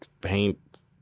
paint